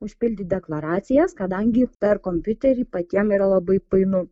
užpildyt deklaracijas kadangi per kompiuterį patiem yra labai painu